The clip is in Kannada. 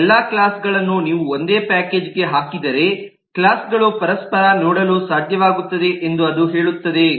ಈ ಎಲ್ಲಾ ಕ್ಲಾಸ್ ಗಳನ್ನು ನೀವು ಒಂದೇ ಪ್ಯಾಕೇಜ್ ಗೆ ಹಾಕಿದರೆ ಕ್ಲಾಸ್ ಗಳು ಪರಸ್ಪರ ನೋಡಲು ಸಾಧ್ಯವಾಗುತ್ತದೆ ಎಂದು ಅದು ಹೇಳುತ್ತದೆ